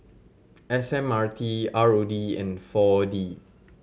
S M R T R O D and Four D